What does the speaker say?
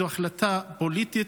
זו החלטה פוליטית,